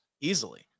easily